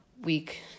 week